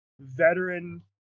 veteran